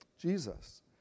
Jesus